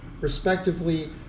respectively